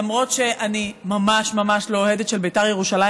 למרות שאני ממש ממש לא אוהדת של בית"ר ירושלים,